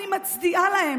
אני מצדיעה להם,